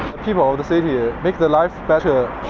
people in the city here, make their life better.